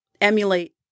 emulate